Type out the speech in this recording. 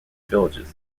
villages